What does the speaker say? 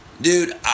Dude